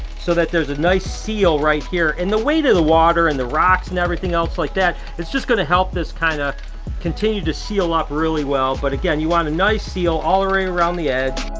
so that there's a nice seal right here and the way to the water and the rocks, and everything else like that, is just gonna help this kinda continue to seal up really well, but again you want a nice seal all the way around the edge.